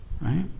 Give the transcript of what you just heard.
right